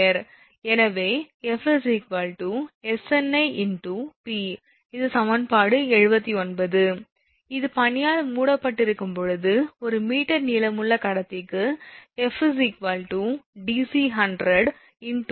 எனவே 𝐹𝑆𝑛𝑖×𝑝 இது சமன்பாடு 79 ஆகும் அது பனியால் மூடப்பட்டிருக்கும் போது 1 மீட்டர் நீளமுள்ள கடத்திக்கு 𝐹𝑑𝑐100×𝑝 𝐾𝑔𝑚